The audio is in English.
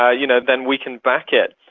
ah you know then we can back it.